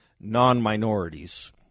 non-minorities